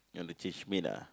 you want to change me lah